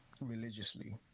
religiously